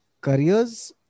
careers